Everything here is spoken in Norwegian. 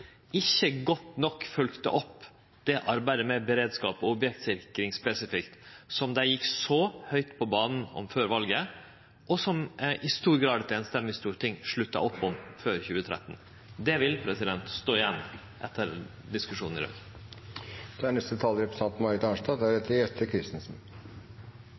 ikkje godt nok følgde opp det arbeidet med beredskap, og objektsikring spesifikt, som dei gjekk så høgt på banen om før valet, og som i stor grad eit samrøystes storting slutta opp om før 2013. Det vil stå igjen etter diskusjonen i dag.